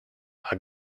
are